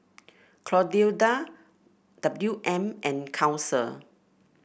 Clotilda W M and Council